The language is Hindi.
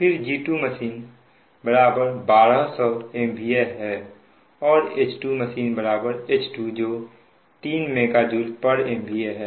फिर G2machine1200 MVA और H2machine H2 जो 3 MJMVA है